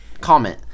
comment